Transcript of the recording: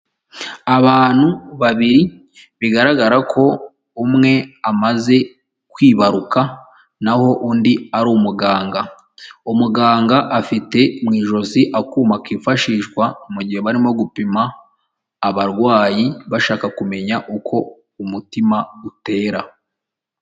Abantu babiri bigaragara ko umwe amaze kwibaruka, naho undi ari umuganga, umuganga afite mu ijosi akuma kifashishwa mu gihe barimo gupima abarwayi bashaka kumenya uko umutima utera.